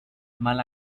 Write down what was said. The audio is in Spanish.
mal